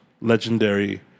legendary